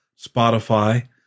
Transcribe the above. Spotify